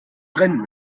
brennen